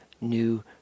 new